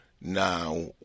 now